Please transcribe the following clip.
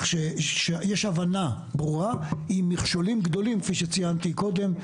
שיש הבנה ברורה עם מכשולים גדולים כפי שציינתי קודם.